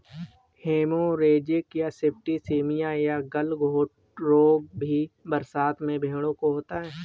haemorrhagic septicaemia या गलघोंटू रोग भी बरसात में भेंड़ों को होता है